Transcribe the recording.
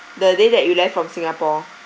the day that you left from singapore